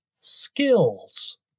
skills